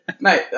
mate